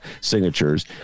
signatures